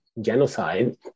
genocide